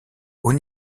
haut